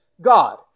God